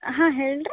ಹಾಂ ಹೇಳ್ರೀ